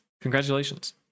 Congratulations